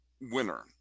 winner